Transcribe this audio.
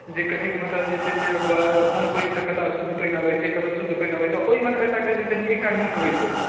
जे कहै कऽ मतलब जे छै से बऽ कोन पानिसँ कतऽ अशुद्ध पानि अबैत छै कतऽ शुद्ध पानि अबैत छै ओहिमे खर्चा करैत छथिन तऽ एकटा नीक होइतै